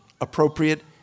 appropriate